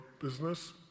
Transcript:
business